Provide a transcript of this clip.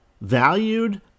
valued